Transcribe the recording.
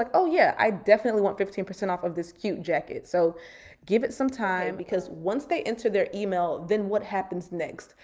like oh yeah, i definitely want fifteen percent off of this cute jacket. so give it some time. because once they enter their email, then what happens next?